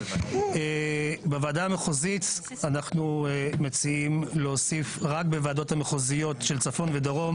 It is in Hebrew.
בוועדה המחוזית אנחנו מציעים להוסיף רק בוועדות המחוזיות של צפון ודרום